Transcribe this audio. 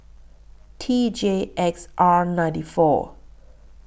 T J X R ninety four